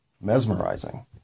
mesmerizing